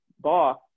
boss